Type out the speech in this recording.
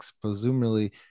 Presumably